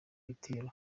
gitero